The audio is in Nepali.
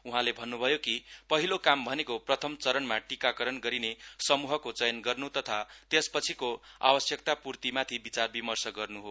उहाँले भन्न्भयो कि पहिलो काम भनेको प्रथम चरणमा टिकाकरण गरिने समूहको चयन गर्नु तथा त्यस पछिको आवश्यकतापूर्तिमाथि विचार विमर्श गर्न् हो